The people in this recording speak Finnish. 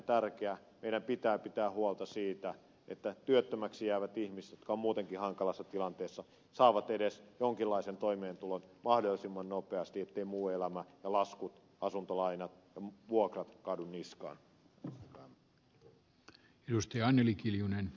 meidän pitää pitää huolta siitä että työttömäksi jäävät ihmiset jotka ovat muutenkin hankalassa tilanteessa saavat edes jonkinlaisen toimeentulon mahdollisimman nopeasti ettei muu elämä eivätkä laskut asuntolainat ja vuokrat kaadu niskaan